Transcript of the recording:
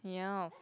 yes